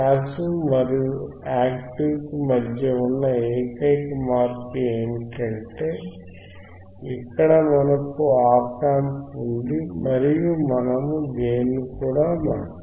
passive మరియు active కి మధ్య ఉన్న ఏకైక మార్పు ఏమిటంటే ఇక్కడ మనకు ఆప్ యాంప్ ఉంది మరియు మనము గెయిన్ కూడా మార్చవచ్చు